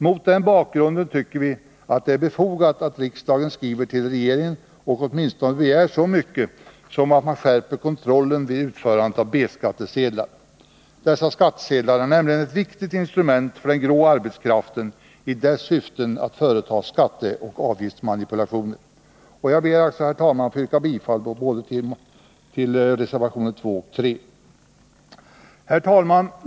Mot den bakgrunden tycker vi att det är befogat att riksdagen skriver till regeringen och åtminstone begär så mycket som att man skärper kontrollen vid utfärdandet av B-skattesedlar. Dessa skattsedlar är nämligen ett viktigt instrument för den grå arbetskraften i dess syften att företa skatteoch avgiftsmanipulationer. Jag ber, herr talman, att få yrka bifall till reservationerna 2 och 3. Herr talman!